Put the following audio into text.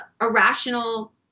irrational